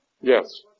Yes